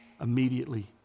immediately